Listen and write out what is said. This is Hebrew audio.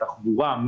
תחבורה,